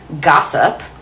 gossip